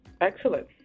Excellent